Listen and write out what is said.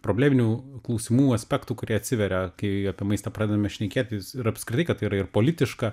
probleminių klausimų aspektų kurie atsiveria kai apie maistą pradedame šnekėtis ir apskritai kad tai yra ir politiška